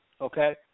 Okay